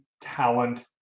talent